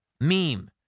Meme